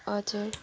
हजुर